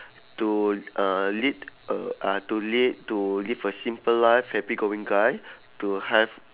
to uh lead a uh to lead to live a simple life happy going guy to have